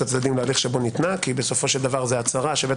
הצדדים להליך שבו ניתנה כי בסופו של דבר זו הצהרה שבית